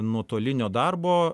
nuotolinio darbo